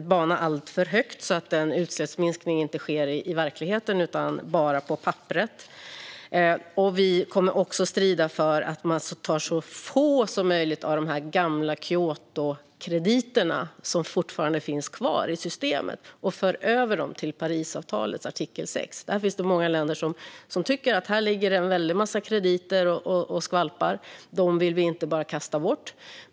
banan alltför högt, så att utsläppsminskningen inte sker i verkligheten utan bara på papperet. Vi kommer också att strida för att så få som möjligt av de gamla Kyotokrediter som finns kvar i systemet ska föras över till Parisavtalets artikel 6. Många länder tycker att det är många krediter som ligger och skvalpar och vill inte bara kasta bort dem.